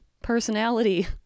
personality